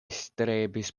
strebis